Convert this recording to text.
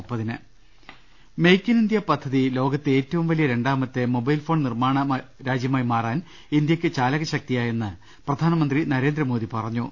ൾ ൽ ൾ മെയ്ക് ഇൻ ഇന്ത്യ പദ്ധതി ലോകത്തെ ഏറ്റവും വലിയ രണ്ടാ മത്തെ മൊബൈൽ ഫോൺ നിർമ്മാണ രാജ്യമായി മാറാൻ ഇന്തൃക്ക് ചാലക ശക്തിയായെന്ന് പ്രധാനമന്ത്രി നരേന്ദ്രമോദി പറഞ്ഞു